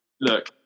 look